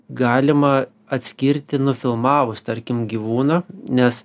galima atskirti nufilmavus tarkim gyvūną nes